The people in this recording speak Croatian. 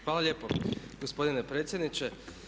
Hvala lijepo gospodine predsjedniče.